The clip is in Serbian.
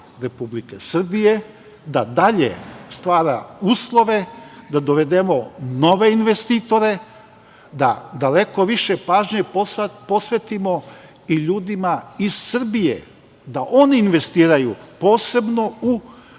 Republike Srbije da dalje stvara uslove da dovedemo nove investitore, da daleko više pažnje posvetimo i ljudima iz Srbije da oni investiraju, posebno u